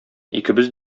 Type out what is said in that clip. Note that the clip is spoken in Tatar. икебез